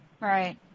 right